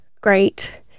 great